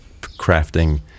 crafting